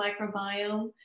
microbiome